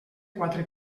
quatre